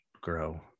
grow